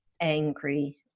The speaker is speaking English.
angry